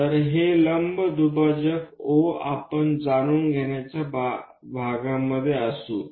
तर हे लंब दुभाजक O आपण जाणून घेण्याच्या भागामध्ये असू